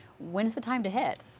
when is the time to hit?